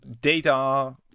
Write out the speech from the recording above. data